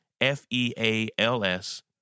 F-E-A-L-S